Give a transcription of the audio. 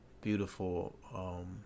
beautiful